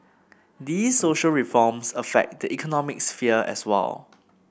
these social reforms affect the economic sphere as well